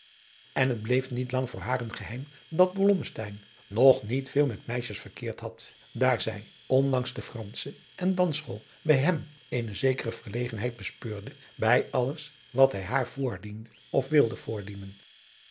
en het bleef niet lang voor haar een geheim dat blommesteyn nog niet veel met meisjes verkeerd adriaan loosjes pzn het leven van johannes wouter blommesteyn had daar zij ondanks de fransche en dansschool bij hem eene zekere verlegenheid bespeurde bij alles wat hij haar voordiende of wilde